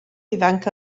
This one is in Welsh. ifanc